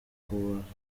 kubabarirwa